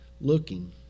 looking